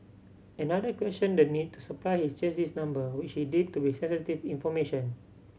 another questioned the need to supply his chassis number which he deemed to be sensitive information